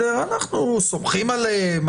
אנחנו סומכים עליהם,